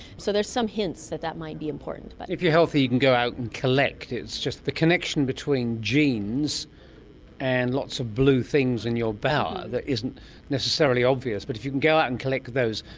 so there's some hints that that might be important. but if you're healthy you can go out and collect. it's just the connection between genes and lots of blue things in your bower that isn't necessarily obvious, but if you can go out and collect those,